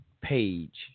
page